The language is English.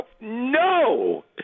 no